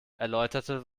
erläuterte